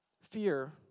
fear